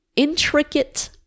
Intricate